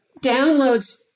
downloads